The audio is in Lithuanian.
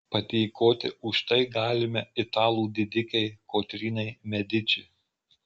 padėkoti už tai galime italų didikei kotrynai mediči